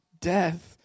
death